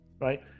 right